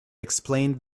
explained